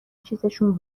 چیزشون